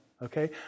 Okay